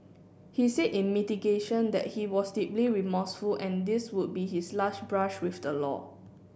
he said in mitigation that he was deeply remorseful and this would be his last brush with the law